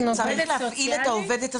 אני יכולה לתת לך אותי כדוגמה.